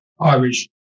Irish